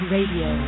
Radio